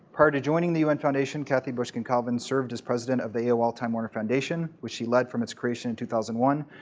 prior to joining the un foundation, kathy bushkin calvin served as president of aol time warner foundation, which she led from its creation in two thousand and one.